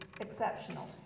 exceptional